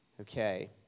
Okay